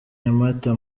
nyamata